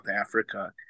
Africa